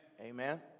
Amen